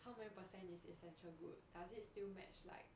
how many percent is essential good does it still match like